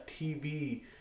TV